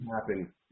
happen